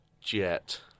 Jet